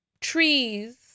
trees